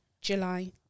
july